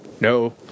no